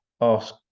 ask